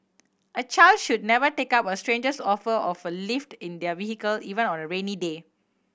a child should never take up a stranger's offer of a lift in their vehicle even on a rainy day